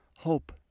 hope